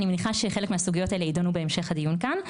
אני מניחה שחלק מהסוגיות האלה ידונו בהמשך הדיון כאן,